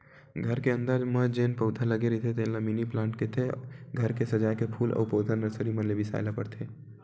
घर के अंदर म जेन पउधा लगे रहिथे तेन ल मिनी पलांट कहिथे, घर के सजाए के फूल अउ पउधा नरसरी मन ले बिसाय बर परथे